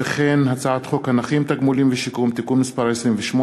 הצעת חוק הנכים (תגמולים ושיקום) (תיקון מס' 28),